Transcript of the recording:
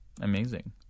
Amazing